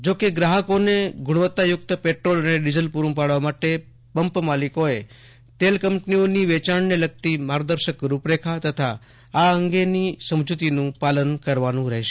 જો કે ગ્રાહકોને ગુણવત્તાયુક્ત પેટ્રોલ અને ડીઝલ પુરુ પાડવા માટે પંપ ધારકોએ તેલ કંપનીઓની વેચાણને લગતી માર્ગદર્શક રુપરેખા તથા આ અંગેની સમજૂતીનું પાલન કરવાનું રહેશે